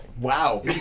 Wow